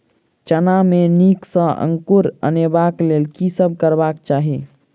चना मे नीक सँ अंकुर अनेबाक लेल की सब करबाक चाहि?